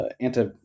anti